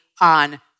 on